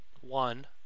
One